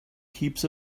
keeps